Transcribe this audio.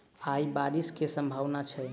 आय बारिश केँ सम्भावना छै?